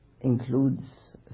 includes